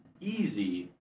easy